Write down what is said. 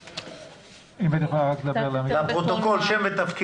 למעשה החל ב-1 במארס 2020. אני אתחיל ברקע קצר ולאט לאט